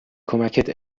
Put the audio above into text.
کمکت